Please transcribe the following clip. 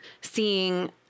seeing